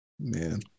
Man